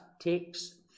takes